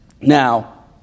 Now